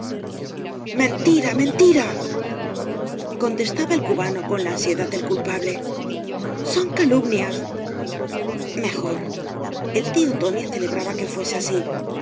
mentira mentira contestaba ei cubano on la ansiedad del culpable son calumnies mejor el tío tóii celebraba que fuese así